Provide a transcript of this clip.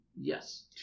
yes